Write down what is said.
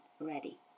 ready